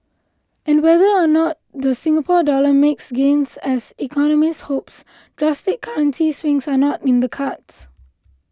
and whether or not the Singapore Dollar makes gains as economists hopes drastic currency swings are not in the cards